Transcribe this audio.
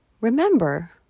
remember